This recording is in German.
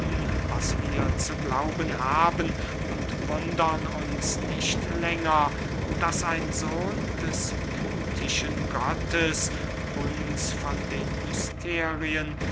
was wir zu glauben haben und wundern uns nicht länger daß ein sohn des pythischen gottes uns von den mysterien